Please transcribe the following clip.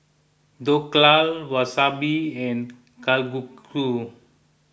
Dhokla Wasabi and Kalguksu